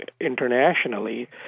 internationally